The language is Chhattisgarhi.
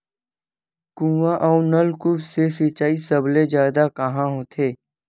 कुआं अउ नलकूप से सिंचाई सबले जादा कहां होथे?